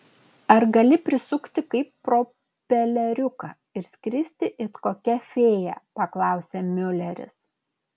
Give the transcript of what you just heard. ar gali prisukti kaip propeleriuką ir skristi it kokia fėja paklausė miuleris